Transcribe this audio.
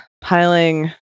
piling